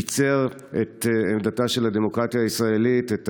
ביצר את עמדתה של הדמוקרטיה הישראלית, את